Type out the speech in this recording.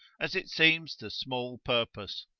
as it seems to small purpose.